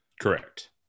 correct